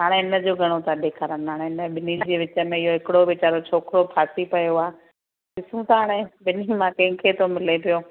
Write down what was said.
हाणे हिन जो घणो था ॾेखारिनि हाणे हिन ॿिन्हीनि जे विच में इहो हिकिड़ो वेचारो छोकिरो फ़ासी पियो आहे ॾिसूं था हाणे ॿिन्हीनि मां कंहिंखे थो मिले पियो